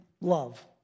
love